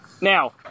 Now